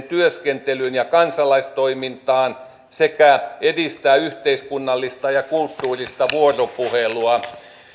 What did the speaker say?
työskentelyyn ja kansalaistoimintaan sekä edistää yhteiskunnallista ja kulttuurista vuoropuhelua